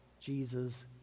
Jesus